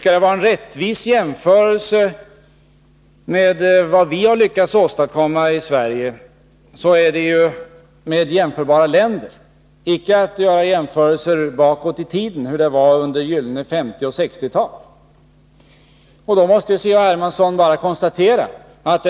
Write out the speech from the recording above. Skall bilden bli rättvis måste vi jämföra vad vi har lyckats åstadkomma i Sverige med vad man har åstadkommit i jämförbara länder. Man kan inte jämföra med hur det var i Sverige under de gyllene 1950 och 1960-talen.